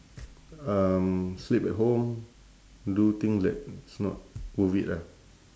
um sleep at home do things that is not worth it ah